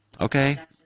Okay